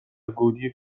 گودی